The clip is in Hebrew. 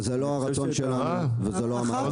כבוד היושב ראש, זה לא הרצון שלנו וזה לא המטרה.